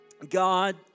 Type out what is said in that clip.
God